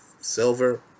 silver